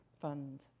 Fund